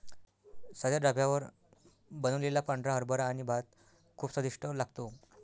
साध्या ढाब्यावर बनवलेला पांढरा हरभरा आणि भात खूप स्वादिष्ट लागतो